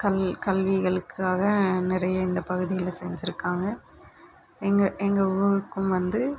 கல் கல்விகளுக்காக நிறைய இந்த பகுதியில் செஞ்சிருக்காங்க எங்கள் எங்கள் ஊருக்கும் வந்து